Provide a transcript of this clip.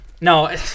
No